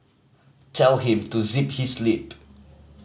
tell him to zip his lip